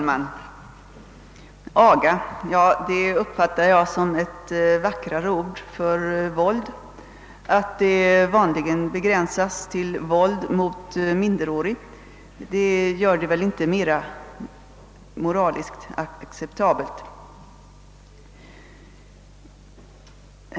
Herr talman! Aga uppfattar jag som ett vackrare ord för våld. Att den vanligen begränsas till våld mot minderåriga gör den inte mer moraliskt acceptabel.